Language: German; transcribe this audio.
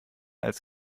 als